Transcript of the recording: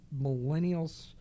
millennials